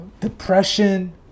depression